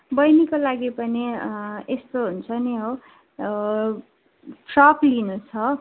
बहिनीको लागि पनि यस्तो हुन्छ नि हौ फ्रक लिनु छ